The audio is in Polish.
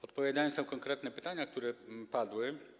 Odpowiem na konkretne pytania, które padły.